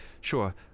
Sure